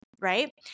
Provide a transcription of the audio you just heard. right